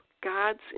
God's